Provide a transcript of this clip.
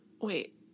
Wait